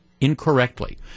incorrectly